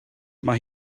mae